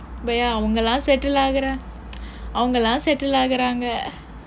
போய் அவங்க எல்லாம்:pooy avangka ellaam settle ஆகுறான் அவங்க எல்லாம்:aakuraan avangka ellaam settle ஆகுறாங்க:aakuraanga